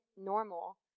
normal